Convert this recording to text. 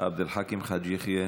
עבד אל חכים חאג' יחיא,